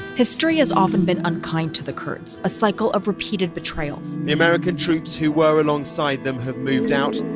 history has often been unkind to the kurds, a cycle of repeated betrayals the american troops who were alongside them have moved out,